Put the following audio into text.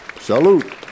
salute